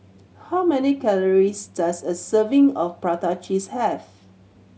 how many calories does a serving of prata cheese have